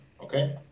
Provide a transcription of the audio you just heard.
Okay